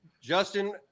Justin